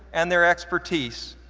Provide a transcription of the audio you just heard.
and their expertise,